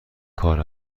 کار